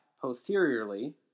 posteriorly